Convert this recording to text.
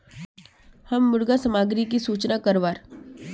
हम मुर्गा सामग्री की सूचना करवार?